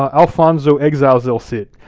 um alfonso exiles el cid.